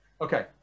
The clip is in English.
Okay